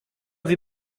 wir